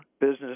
business